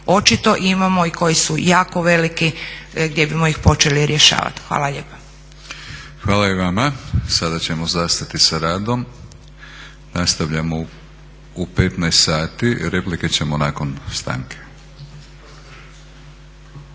očito imamo i koji su jako veliki, gdje bismo ih počeli rješavati. Hvala lijepa. **Batinić, Milorad (HNS)** Hvala i vama. Sada ćemo zastati sa radom. Nastavljamo u 15 sati. Replike ćemo nakon stanke.